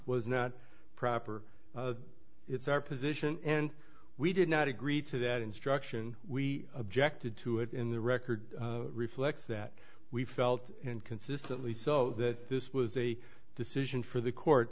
was not proper it's our position and we did not agree to that instruction we objected to it in the record reflects that we felt and consistently so that this was a decision for the court